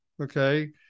okay